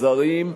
זרים,